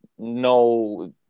no